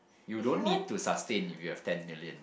you don't need to sustain if you have ten million